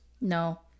No